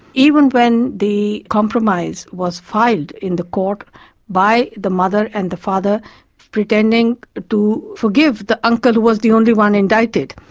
even when the compromise was filed in the court by the mother and the father pretending to forgive the uncle who was the only one indicted,